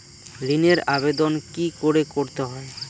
ঋণের আবেদন কি করে করতে হয়?